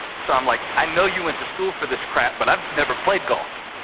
so i'm like, i know you went to school for this crap, but i've never played golf,